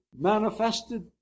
manifested